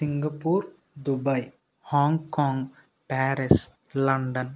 Singapore Dubai Hong Kong Paris London